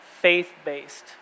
faith-based